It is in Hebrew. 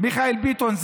מיכאל ביטון.